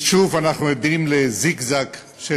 שוב אנחנו עדים לזיגזג של